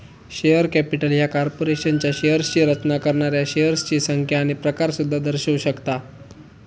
share capital ह्या कॉर्पोरेशनच्या शेअर्सची रचना करणाऱ्या शेअर्सची संख्या आणि प्रकार सुद्धा दर्शवू शकता